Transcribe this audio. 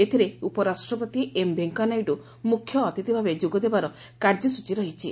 ଏଥିରେ ଉପରାଷ୍ଟ୍ରପତି ଏମ ଭେଙ୍କୟାନାଇଡୁ ମୁଖ୍ୟ ଅତିଥିଭାବେ ଯୋଗଦେବାର କାର୍ଯ୍ୟସ୍ଚୀ ରହିଛି